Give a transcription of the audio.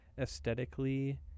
aesthetically